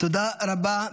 תודה רבה.